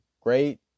great